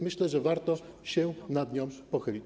Myślę, że warto się nad nią pochylić.